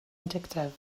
addictive